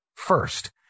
first